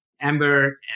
Amber